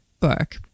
Book